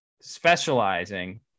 specializing